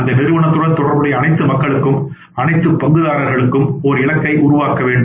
அந்த நிறுவனத்துடன் தொடர்புடைய அனைத்து மக்களுக்கும் அனைத்து பங்குதாரர்களுக்கும் ஒரு இலக்கை உருவாக்க வேண்டும்